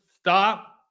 stop